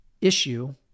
issue